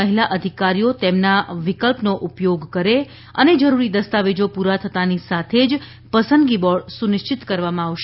મહિલા અધિકારીઓ તેમના વિકલ્પનો ઉપયોગ કરે અને જરૂરી દસ્તાવેજો પૂરા થતાંની સાથે જ પસંદગી બોર્ડ સુનિશ્ચિત કરવામાં આવશે